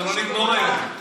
אנחנו לא נגמור היום.